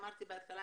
אמרתי בהתחלה,